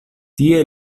tie